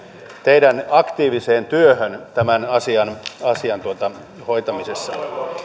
teidän aktiiviseen työhönne tämän asian asian hoitamisessa